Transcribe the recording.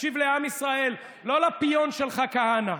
תקשיב לעם ישראל, לא לפיון שלך כהנא,